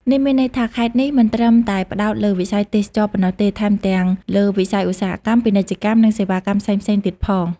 នេះមានន័យថា ខេត្តនេះមិនត្រឹមតែផ្តោតលើវិស័យទេសចរណ៍ប៉ុណ្ណោះទេ ថែមទាំងលើវិស័យឧស្សាហកម្ម ពាណិជ្ជកម្ម និងសេវាកម្មផ្សេងៗទៀតផង។